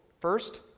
first